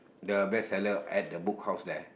the bestseller at the Book House there